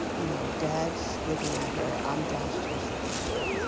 you know, dad's looking at her, i'm downstairs looking at her,